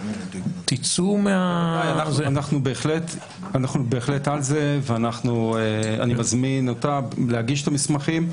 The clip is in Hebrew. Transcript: תצאו מה --- אנחנו בהחלט על זה ואני מאמין אותה להגיש את המסמכים.